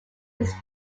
his